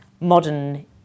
modern